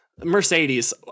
Mercedes